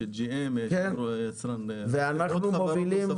יש GM וחברות נוספות.